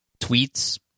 tweets